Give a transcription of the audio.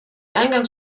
eingangs